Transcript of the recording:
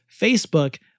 Facebook